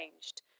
changed